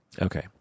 Okay